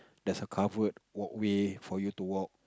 there's a covered walkway for you to walk